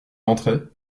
entrait